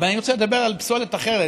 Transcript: אבל אני רוצה לדבר על פסולת אחרת,